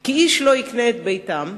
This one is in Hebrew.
כי איש לא יקנה את ביתם,